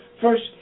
First